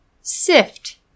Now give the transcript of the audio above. Sift